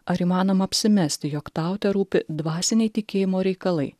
ar įmanoma apsimesti jog tau terūpi dvasiniai tikėjimo reikalai